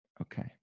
Okay